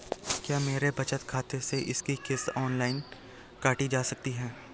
क्या मेरे बचत खाते से इसकी किश्त ऑनलाइन काटी जा सकती है?